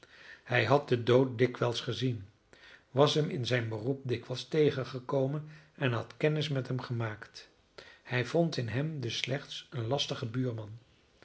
hij had den dood dikwijls gezien was hem in zijn beroep dikwijls tegengekomen en had kennis met hem gemaakt hij vond in hem dus slechts een lastigen buurman